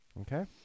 Okay